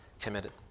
committed